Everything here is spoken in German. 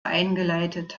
eingeleitet